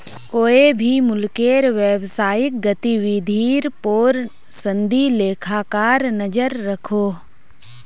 कोए भी मुल्केर व्यवसायिक गतिविधिर पोर संदी लेखाकार नज़र रखोह